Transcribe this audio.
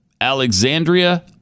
Alexandria